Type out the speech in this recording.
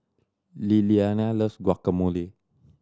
Lilliana loves Guacamole